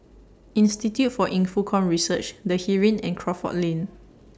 Institute For Infocomm Research The Heeren and Crawford Lane